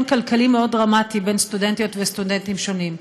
כלכלי דרמטי מאוד בין סטודנטיות וסטודנטים שונים,